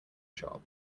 shop